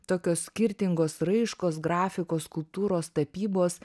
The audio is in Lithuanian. tokios skirtingos raiškos grafikos skulptūros tapybos